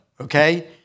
okay